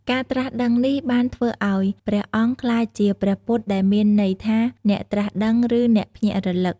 ការត្រាស់ដឹងនេះបានធ្វើឱ្យព្រះអង្គក្លាយជា ព្រះពុទ្ធ ដែលមានន័យថា "អ្នកត្រាស់ដឹង" ឬ "អ្នកភ្ញាក់រលឹក"។